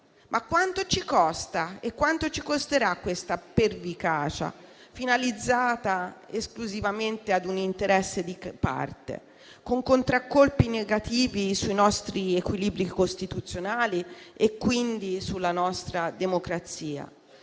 Ma quanto ci costa e quanto ci costerà questa pervicacia, finalizzata esclusivamente a un interesse di parte, con contraccolpi negativi sui nostri equilibri costituzionali e quindi sulla nostra democrazia,